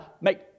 make